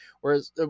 whereas